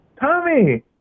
Tommy